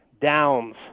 Downs